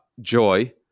joy